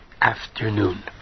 afternoon